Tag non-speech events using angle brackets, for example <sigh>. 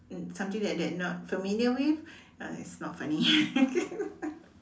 uh something like that not to familiar with uh it's not funny <laughs>